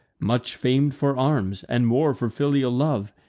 much fam'd for arms, and more for filial love,